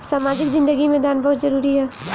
सामाजिक जिंदगी में दान बहुत जरूरी ह